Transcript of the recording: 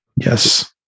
Yes